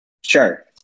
Sure